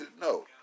No